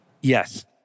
Yes